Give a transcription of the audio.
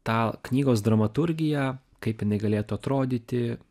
tą knygos dramaturgiją kaip jinai galėtų atrodyti